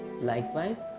Likewise